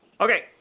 Okay